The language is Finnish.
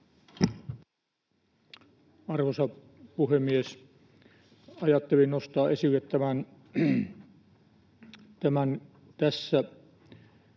Arvoisa puhemies! Ajattelin nostaa esille tämän tässä